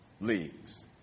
leaves